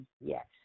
yes